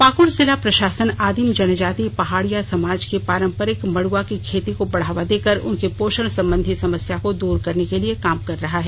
पाक्ड जिला प्रशासन आदिम जनजाति पहाड़िया समाज की पारंपरिक मड़ुआ की खेती को बढ़ावा देकर उनकी पोषण सम्बन्धी समस्या को दूर करने के लिए काम कर रहा है